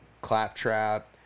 claptrap